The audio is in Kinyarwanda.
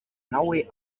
nawe